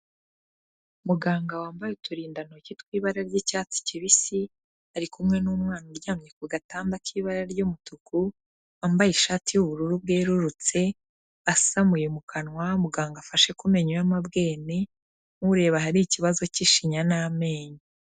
Muganga wambaye uturindantoki tw'ibara ry'icyatsi kibisi, ari kumwe n'umwana uryamye ku gatanda k'ibara ry'umutuku, wambaye ishati y'ubururu bwerurutse, wasamuye mu kanwa muganga afashe ku menyo y'amabwene nk'ureba ahari ikibazo cy'ishinya n'amenyo.